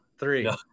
Three